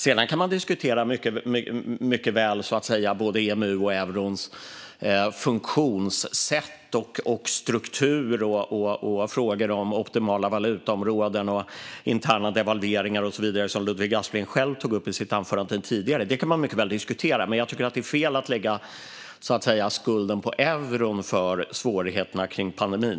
Sedan kan man mycket väl diskutera både EMU och eurons funktionssätt och struktur, frågor om optimala valutaområden, interna devalveringar och så vidare, vilket Ludvig Aspling själv tog upp i sitt anförande tidigare. Sådant kan man mycket väl diskutera, men jag tycker att det är fel att lägga skulden på euron för svårigheterna kring pandemin.